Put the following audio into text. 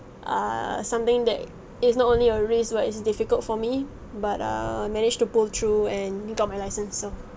err something that is not only a risk where it's difficult for me but err I managed to pull through and got my license so